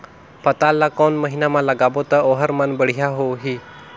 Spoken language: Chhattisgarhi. पातल ला कोन महीना मा लगाबो ता ओहार मान बेडिया होही?